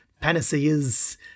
panaceas